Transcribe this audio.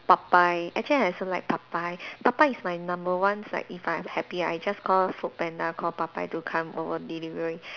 Popeye actually I also like Popeye Popeye is my number one is like if I'm happy I just call Foodpanda call Popeye to come over delivery